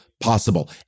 possible